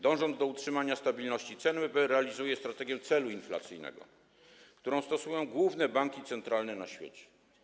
Dążąc do utrzymania stabilności cen, NBP realizuje strategię celu inflacyjnego, którą stosują główne banki centralne na świecie.